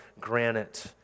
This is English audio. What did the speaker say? granite